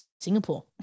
Singapore